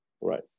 right